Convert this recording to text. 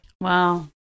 Wow